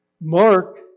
Mark